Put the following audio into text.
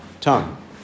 tongue